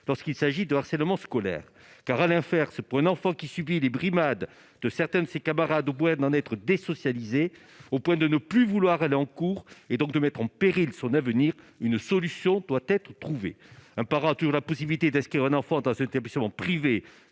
lorsqu'il s'agit de harcèlement scolaire car à l'inverse, pour une enfant qui subit les brimades de certains de ses camarades au bout d'en être désocialisés, au point de ne plus vouloir aller en cours, et donc de mettre en péril son avenir une solution doit être trouvée un parent toujours la possibilité d'inscrire un enfant à cet établissement privé,